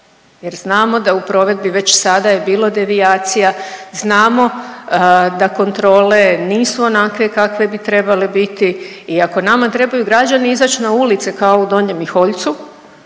jer znamo da u provedbi već sada je bilo devijacija, znamo da kontrole nisu onakve kakve bi trebale biti i ako nama trebaju građani izać na ulice kao u Donjem Miholjcu